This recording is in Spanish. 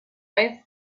vez